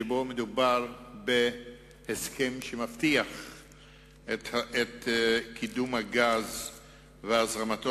שבו מדובר בהסכם שמבטיח את קידום הגז והזרמתו